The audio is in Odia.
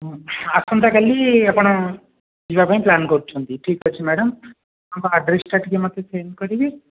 ହଁ ଆସନ୍ତା କାଲି ଆପଣ ଯିବା ପାଇଁ ପ୍ଲାନ୍ କରୁଛନ୍ତି ଠିକ୍ ଅଛି ମ୍ୟାଡ଼ମ୍ ଆପଣ ଆଡ୍ରେସ୍ଟା ଟିକିଏ ମୋତେ ସେଣ୍ଡ୍ କରିବେ